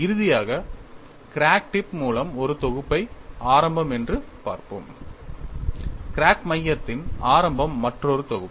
இறுதியாக crack tip மூலம் ஒரு தொகுப்பை ஆரம்பம் என்று பார்ப்போம் கிராக் மையத்தின் ஆரம்பம் மற்றொரு தொகுப்பு